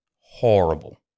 horrible